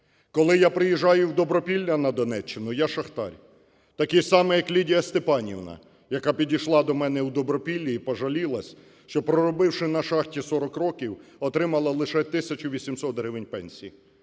Коли я приїжджаю в Добропілля на Донеччину - я шахтар, такий самий, як Лідія Степанівна, яка підійшла до мене у Добропіллі і пожалілася, що, проробивши на шахті 40 років, отримала лише 1800 гривень пенсії.